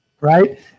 right